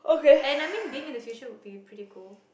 and I mean being in the future would be pretty cool